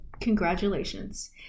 Congratulations